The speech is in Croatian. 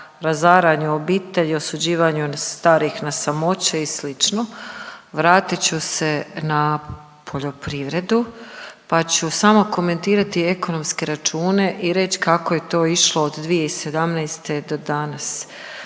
razaranju obitelji, osuđivanju starih na samoće i slično, vratit ću se na poljoprivredu pa ću samo komentirati ekonomske račune i reći kako je to išlo od 2017. do danas.